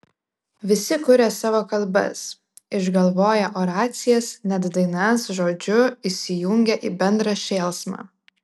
visi kuria savo kalbas išgalvoję oracijas net dainas žodžiu įsijungia į bendrą šėlsmą